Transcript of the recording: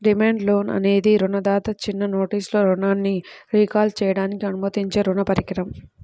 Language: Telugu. డిమాండ్ లోన్ అనేది రుణదాత చిన్న నోటీసులో రుణాన్ని రీకాల్ చేయడానికి అనుమతించే రుణ పరికరం